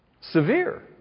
Severe